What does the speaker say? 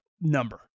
number